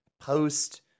post